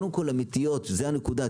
זאת הנקודה,